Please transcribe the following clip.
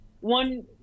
one